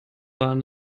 waren